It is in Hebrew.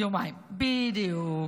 יומיים, בדיוק.